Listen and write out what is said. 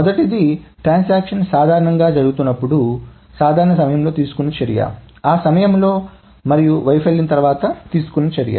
మొదటిది ట్రాన్సాక్షన్ సాధారణంగా జరుగుతున్నప్పుడు సాధారణ సమయంలో తీసుకున్న చర్య ఆ సమయంలో మరియు వైఫల్యం తర్వాత తీసుకున్న చర్య